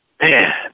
man